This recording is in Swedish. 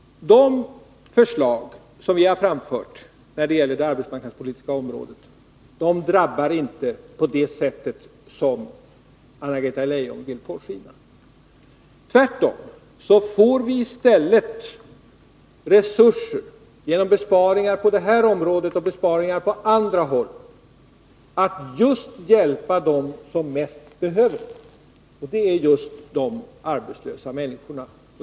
De förslag som vi framfört på det arbetsmarknadspolitiska området slår inte på det sätt som Anna-Greta Leijon vill låta påskina. Tvärtom får vi genom besparingar på detta och andra områden resurser att hjälpa dem som mest behöver hjälp. Och det är just de arbetslösa människorna.